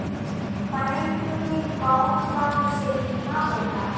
Bank में कौन कौन से बीमा होला?